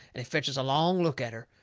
and he fetches a long look at her.